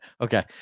Okay